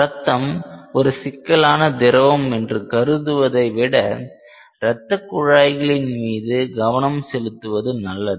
ரத்தம் ஒரு சிக்கலான திரவம் என்று கருதுவதை விட இரத்தக்குழாய்களில் மீது கவனம் செலுத்துவது நல்லது